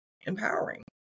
Empowering